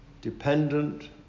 dependent